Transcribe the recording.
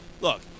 Look